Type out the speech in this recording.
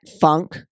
funk